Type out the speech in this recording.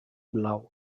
blau